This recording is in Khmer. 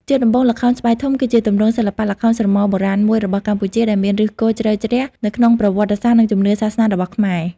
ជាដំបូង ល្ខោនស្បែកធំ គឺជាទម្រង់សិល្បៈល្ខោនស្រមោលបុរាណមួយរបស់កម្ពុជា ដែលមានឫសគល់ជ្រៅជ្រះនៅក្នុងប្រវត្តិសាស្ត្រ និងជំនឿសាសនារបស់ខ្មែរ ។